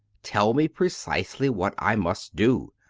tell me pre cisely what i must do.